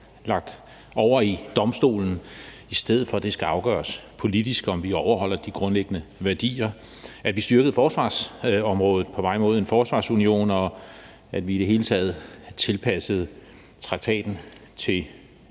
lagt over i Domstolen, i stedet for at det skal afgøres politisk, om vi overholder de grundlæggende værdier; at vi styrkede forsvarsområdet på vej mod en forsvarsunion; og at vi i det hele taget tilpassede traktaten til